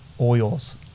oils